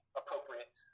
appropriate